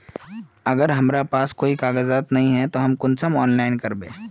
अगर हमरा पास कोई कागजात नय है तब हम कुंसम ऑनलाइन करबे?